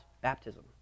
Baptism